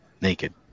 naked